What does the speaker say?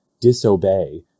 disobey